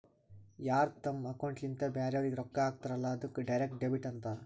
ಯಾರ್ ತಮ್ ಅಕೌಂಟ್ಲಿಂತ್ ಬ್ಯಾರೆವ್ರಿಗ್ ರೊಕ್ಕಾ ಹಾಕ್ತಾರಲ್ಲ ಅದ್ದುಕ್ ಡೈರೆಕ್ಟ್ ಡೆಬಿಟ್ ಅಂತಾರ್